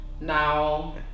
Now